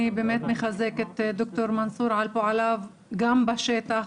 אני באמת מחזקת את ד"ר מנסור על פועליו גם בשטח,